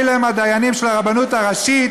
אלה הם הדיינים של הרבנות הראשית,